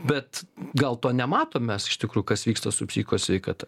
bet gal to nematom mes iš tikrųjų kas vyksta su psichikos sveikata